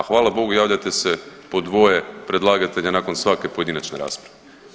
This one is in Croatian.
A hvala Bogu javljate se po dvoje predlagatelja nakon svake pojedinačne rasprave.